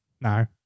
No